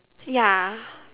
ya